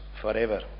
forever